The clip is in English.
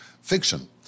fiction